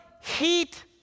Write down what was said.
heat